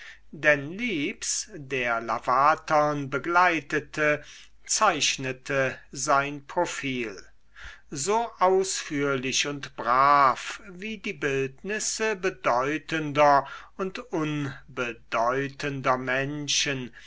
denn lips der lavatern begleitete zeichnete sein profil so ausführlich und brav wie die bildnisse bedeutender und unbedeutender menschen